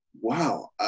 Wow